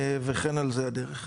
וכן על זה הדרך.